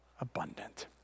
abundant